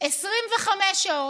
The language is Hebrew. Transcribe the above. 25 שעות.